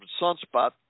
sunspot